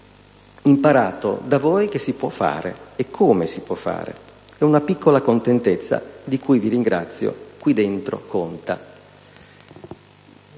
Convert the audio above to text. imparato da voi che si può fare e come si può fare. È una piccola contentezza di cui vi ringrazio. Qui dentro conta».